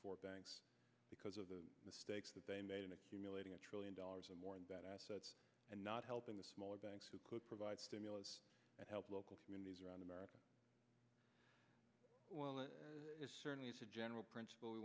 for banks because of the mistakes that they made in accumulating a trillion dollars or more in bad assets and not helping the smaller banks who could provide stimulus and help local communities around america well the general principle we